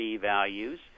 values